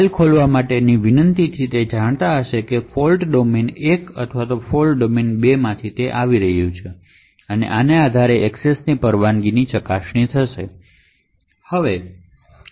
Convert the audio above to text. file ખોલવા માટેની વિનંતીથી તે જાણતી હશે કે તે ફોલ્ટ ડોમેન 1 અથવા ફોલ્ટ ડોમેન 2 માંથી આવી છે અને આના આધારે એક્સેસની પરવાનગી ચકાસી શકે છે